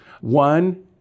One